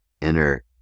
inner